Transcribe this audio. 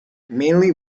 mainly